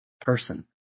person